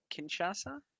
Kinshasa